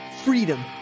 Freedom